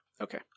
Okay